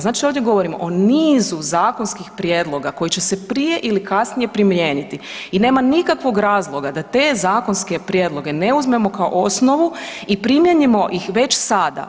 Znači ovdje govorimo o nizu zakonskih prijedloga koji će se prije ili kasnije primijeniti i nema nikakvog razloga da te zakonske prijedloge ne uzmemo kao osnovu i primijenimo ih već sada.